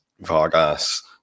Vargas